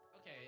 Okay